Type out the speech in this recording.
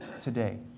today